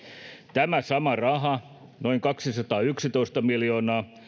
tämä sama raha noin kaksisataayksitoista miljoonaa